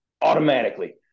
automatically